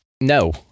No